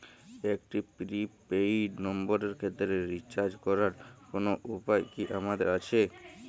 একটি prepaid নম্বরের ক্ষেত্রে রিচার্জ করার কোনো উপায় কি আমাদের আছে?